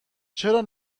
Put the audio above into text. چرا